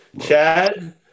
Chad